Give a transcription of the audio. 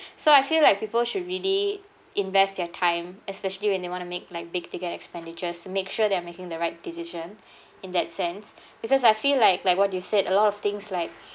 so I feel like people should really invest their time especially when they want to make like big ticket expenditures to make sure they're making the right decision in that sense because I feel like like what you said a lot of things like